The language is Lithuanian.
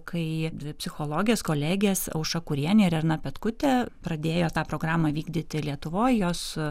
kai dvi psichologės kolegės aušra kurienė ir erna petkutė pradėjo tą programą vykdyti lietuvoje jos